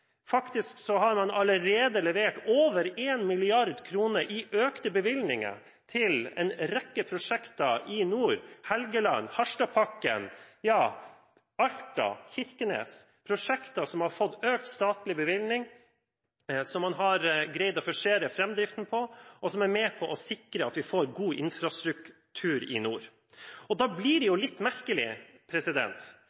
har man allerede levert over 1 mrd. kr i økte bevilgninger til en rekke prosjekter i nord: Helgeland, Harstad-pakken, Alta og Kirkenes. Dette er prosjekter som har fått økt statlig bevilgning, som man har greid å forsere framdriften på, og som er med på å sikre at vi får god infrastruktur i nord. Da blir det